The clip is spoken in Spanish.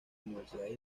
universidades